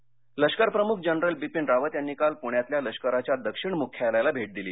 रावत भेट लष्कर प्रमुख जनरल बिपिन रावत यांनी काल पुण्यातल्या लष्कराच्या दक्षिण मुख्यलयाला भेट दिली